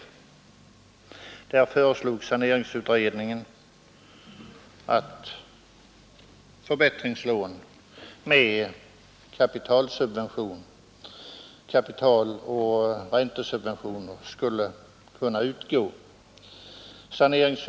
Utredningen föreslog att förbättringslån med kapitaloch räntesubventioner skulle kunna utgå i sådana fall.